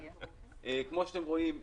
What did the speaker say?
כמו שאתם רואים,